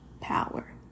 power